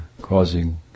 causing